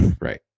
Right